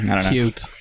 cute